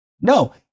no